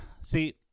see